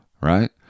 right